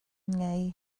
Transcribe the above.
ngei